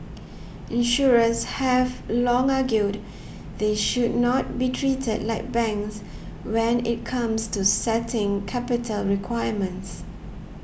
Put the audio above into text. insurers have long argued they should not be treated like banks when it comes to setting capital requirements